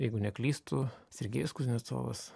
jeigu neklystu sergejus kuznecovas